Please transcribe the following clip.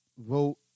Vote